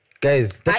Guys